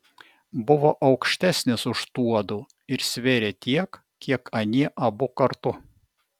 buvo aukštesnis už tuodu ir svėrė tiek kiek anie abu kartu